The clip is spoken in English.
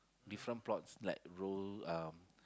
different pots like rose um